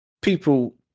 People